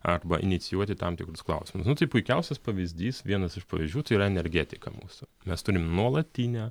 arba inicijuoti tam tikrus klausimus tai puikiausias pavyzdys vienas iš pavyzdžių tai yra energetika mūsų mes turim nuolatinę